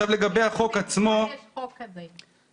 לגבי החוק עצמו --- באיזו מדינה יש חוק כזה?